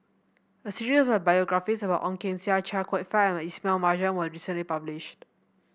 a series of biographies about Ong Keng Sen Chia Kwek Fah and Ismail Marjan was recently published